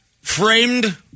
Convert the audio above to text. Framed